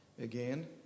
Again